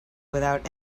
without